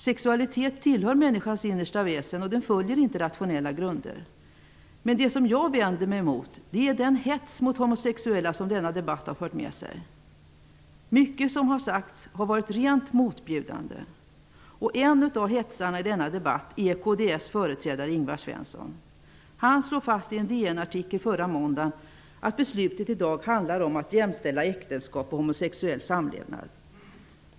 Sexualiteten tillhör människans innersta väsen och vilar inte på rationella grunder. Men det som jag vänder mig emot är den hets mot homosexuella som denna debatt har fört med sig. Mycket som sagts har varit rent motbjudande, och en av hetsarna i debatten är kds företrädare Ingvar I en DN-artikel förra måndagen slår han fast att beslutet i dag handlar om att jämställa äktenskap och homosexuell samlevnad.